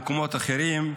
זה היה במקומות אחרים.